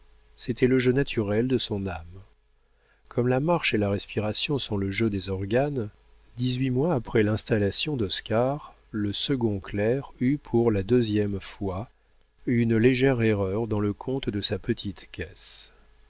c'était le jeu naturel de son âme comme la marche et la respiration sont le jeu des organes dix-huit mois après l'installation d'oscar le second clerc eut pour la deuxième fois une légère erreur dans le compte de sa petite caisse